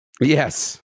Yes